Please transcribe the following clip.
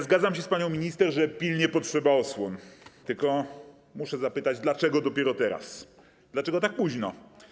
Zgadzam się z panią minister, że pilnie potrzeba osłon, tylko muszę zapytać, dlaczego dopiero teraz, dlaczego tak późno.